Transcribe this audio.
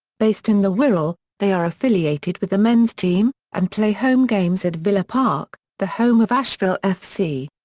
based in the wirral, they are affiliated with the men's team, and play home games at villa park, the home of ashville f c.